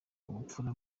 ubupfura